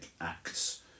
acts